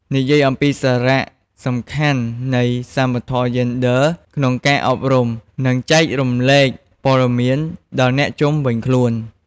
និយាយអំពីសារៈសំខាន់នៃសមធម៌យេនឌ័រក្នុងការអប់រំ និងចែករំលែកព័ត៌មានដល់អ្នកជុំវិញខ្លួន។